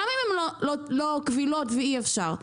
גם אם הן לא קבילות ואי אפשר.